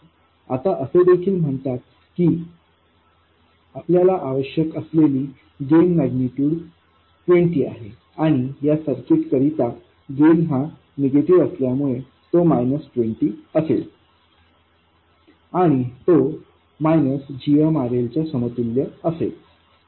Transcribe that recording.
आता असे देखील म्हणतात की आपल्याला आवश्यक असलेली गेन मैग्निटूड 20 आहे आणि या सर्किट करिता गेन हा निगेटिव्ह असल्यामुळे तो मायनस 20 असेल आणि तो च्या समतुल्य असेल